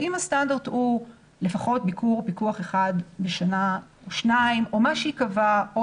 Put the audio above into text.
אם הסטנדרט הוא לפחות ביקור פיקוח אחד בשנה או שניים או מה שייקבע או